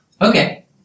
Okay